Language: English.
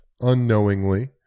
unknowingly